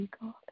God